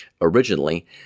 originally